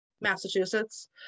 Massachusetts